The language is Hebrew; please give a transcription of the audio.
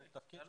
זה תלוי.